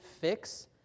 fix